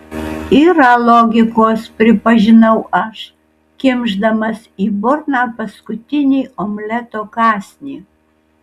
yra logikos pripažinau aš kimšdamas į burną paskutinį omleto kąsnį